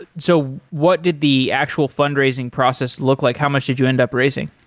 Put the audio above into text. so what did the actual fundraising process look like? how much did you end up raising?